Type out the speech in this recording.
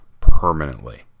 permanently